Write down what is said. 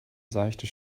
seichte